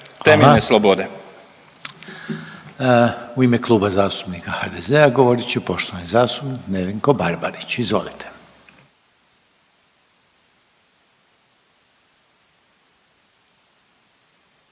će završno u ime Kluba zastupnika HDZ-a govoriti poštovani zastupnik Josip Đakić, izvolite.